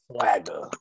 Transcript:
swagger